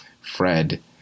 Fred